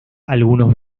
algunos